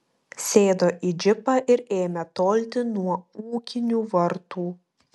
sėdo į džipą ir ėmė tolti nuo ūkinių vartų